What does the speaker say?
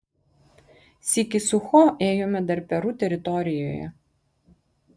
sykį su cho ėjome dar peru teritorijoje